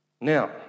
Now